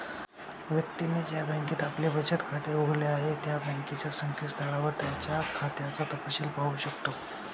व्यक्तीने ज्या बँकेत आपले बचत खाते उघडले आहे त्या बँकेच्या संकेतस्थळावर त्याच्या खात्याचा तपशिल पाहू शकतो